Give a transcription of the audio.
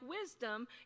wisdom